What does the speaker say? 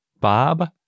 Bob